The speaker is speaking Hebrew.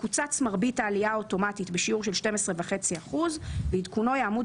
תקוצץ מרבית העלייה האוטומטית בשיעור של 12.5% ועדכונו יעמוד